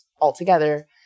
altogether